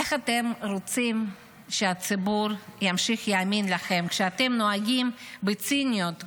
איך אתם רוצים שהציבור ימשיך להאמין לכם כשאתם נוהגים בציניות גדולה?